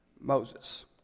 Moses